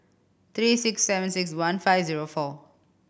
three six seven six one five zero four